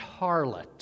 harlot